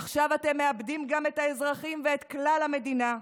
עכשיו אתם מאבדים גם את האזרחים ואת כלל המדינה.